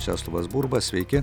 česlovas burba sveiki